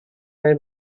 they